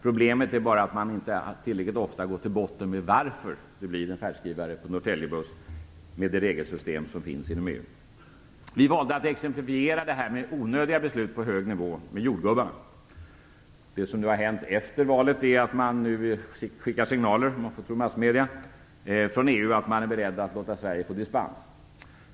Problemet är bara att man inte tillräckligt ofta går till botten med varför det blir en färdskrivare på Norrtäljebussen med det regelsystem som finns inom EU. Vi valde att exemplifiera det här med onödiga beslut på hög nivå med jordgubbarna. Efter valet skickar man nu signaler, om man får tro massmedierna, från EU att man är beredd att låta Sverige få dispens.